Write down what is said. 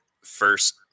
first